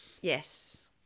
yes